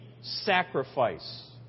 sacrifice